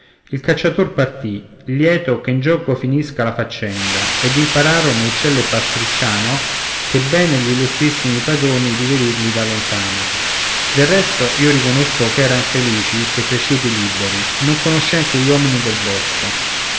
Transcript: il cacciator partì lieto che in gioco finisca la faccenda ed impararono uccello e pastricciano ch'è bene gl'illustrissimi padroni riverirli da lontano del resto io riconosco ch'eran felici se cresciuti liberi non conoscean che gli uomini del bosco